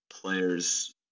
players